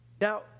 Now